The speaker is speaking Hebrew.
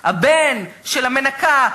הבן של המנקה,